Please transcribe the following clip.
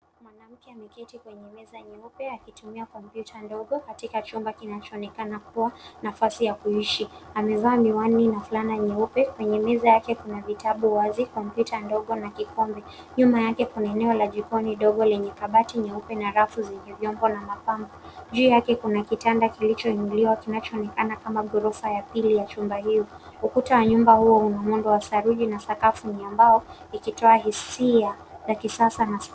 Mwanamke ameketi kwenye meza nyeupe akitumia kompyuta ndogo katika chumba kinachoonekana kuwa nafasi ya kuishi ,amevaa miwani na fulana nyeupe kwenye meza yake kuna vitabu wazi, kompyuta ndogo na kikombe nyuma yake kuna eneo la jikoni dogo lenye kabati nyeupe na rafu zenye vyombo na mapambo, juu yake kuna kitanda kilichoinuliwa kinachoonekana kama ghorofa ya pili ya chumba hiyo ,ukuta wa nyumba huo ng'ombe wa saruji na sakafu ni ya mbao ikitoa hisia.